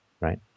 right